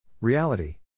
Reality